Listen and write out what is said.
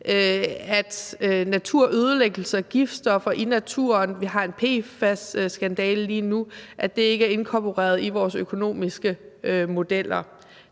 at naturødelæggelser, giftstoffer i naturen – vi har en PFAS-skandale lige nu – ikke er inkorporeret i vores økonomiske modeller.